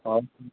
ହଁ